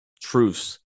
truths